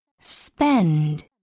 Spend